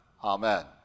Amen